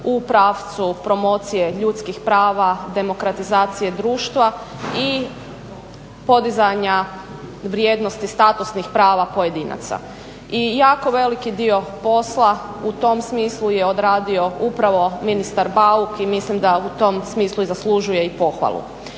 u pravcu promocije ljudskih prava, demokratizacije društva i podizanja vrijednosti statusnih prava pojedinaca. I jako veliki dio posla u tom smislu je odradio upravo ministar Bauk i mislim da u tom smislu i zaslužuje pohvalu.